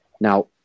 now